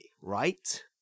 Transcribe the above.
right